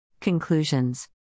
Conclusions